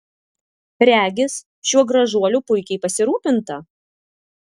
regis šiuo gražuoliu puikiai pasirūpinta